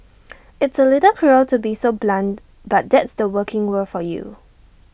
it's A little cruel to be so blunt but that's the working world for you